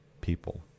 people